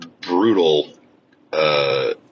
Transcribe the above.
brutal